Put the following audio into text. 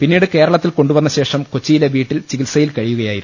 പിന്നീട് കേരളത്തിൽ കൊണ്ടുവന്ന ശേഷം കൊച്ചി യിലെ വീട്ടിൽ ചികിത്സയിൽ കഴിയുകയായിരുന്നു